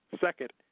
Second